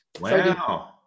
Wow